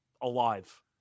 alive